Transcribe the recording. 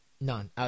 None